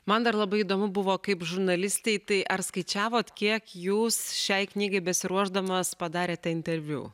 man dar labai įdomu buvo kaip žurnalistei tai ar skaičiavot kiek jūs šiai knygai besiruošdamas padarėte interviu